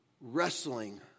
wrestling